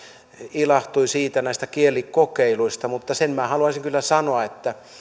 ilahtui näistä kielikokeiluista mutta sen minä haluaisin kyllä sanoa että